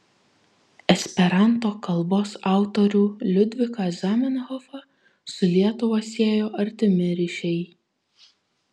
esperanto kalbos autorių liudviką zamenhofą su lietuva siejo artimi ryšiai